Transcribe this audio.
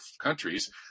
countries